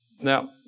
Now